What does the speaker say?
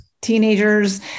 teenagers